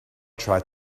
tried